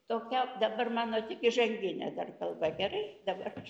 tokia dabar mano tik įžanginė dar kalba gerai dabar aš